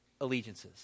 allegiances